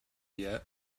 yet